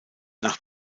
nach